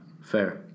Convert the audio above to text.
fair